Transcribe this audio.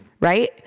right